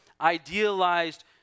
idealized